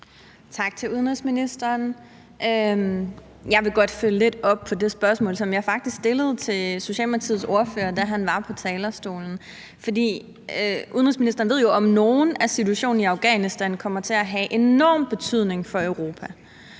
Tak til udenrigsministeren. Jeg vil godt følge lidt op på det spørgsmål, som jeg faktisk stillede til Socialdemokratiets ordfører, da han var på talerstolen. Udenrigsministeren ved jo om nogen, at situationen i Afghanistan kommer til at have enorm betydning for Europa,